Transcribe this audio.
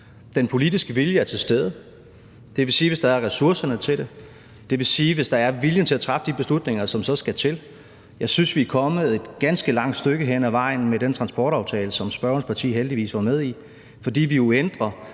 den politiske vilje er til stede, det vil sige, hvis der er ressourcer til det, det vil sige, hvis der er vilje til at træffe de beslutninger, som så skal til. Jeg synes, vi er kommet et ganske langt stykke hen ad vejen med den transportaftale, som spørgerens parti heldigvis var med i, fordi vi jo ændrer